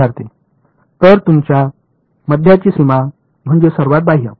विद्यार्थीः तर तुमच्या मध्याची सीमा म्हणजे सर्वात बाह्य